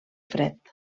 fred